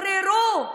ושוחררו.